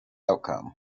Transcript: outcome